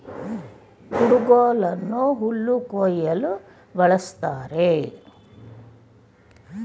ಕುಡುಗೋಲನ್ನು ಹುಲ್ಲು ಕುಯ್ಯಲು ಬಳ್ಸತ್ತರೆ